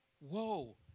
whoa